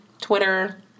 twitter